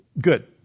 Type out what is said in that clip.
Good